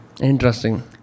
Interesting